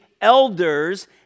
elders